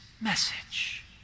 message